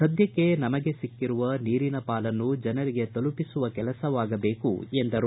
ಸದ್ಮಕ್ಕೆ ನಮಗೆ ಸಿಕ್ಕಿರುವ ನೀರಿನ ಪಾಲನ್ನು ಜನರಿಗೆ ತಲುಪಿಸುವ ಕೆಲಸವಾಗಬೇಕು ಎಂದರು